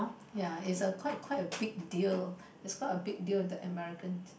yeah is a quite quite a big deal is quite a big deal the Americans